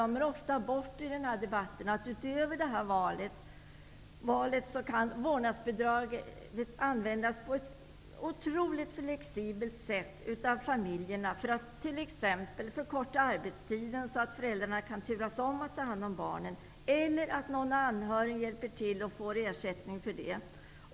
Men det glöms ofta i debatten att vårdnadsbidraget kan användas otroligt flexibelt. T.ex. kan arbetstiden förkortas. Föräldrarna kan turas om med att ta hand om barnen, eller också kan en anhörig hjälpa till. Då utgår ersättning för det.